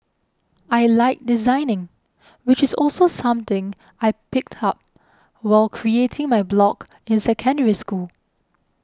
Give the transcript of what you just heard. I like designing which is also something I picked up while creating my blog in Secondary School